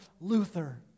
Luther